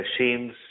machines